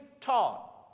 taught